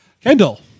Kendall